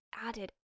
added